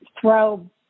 throw